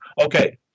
Okay